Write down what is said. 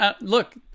look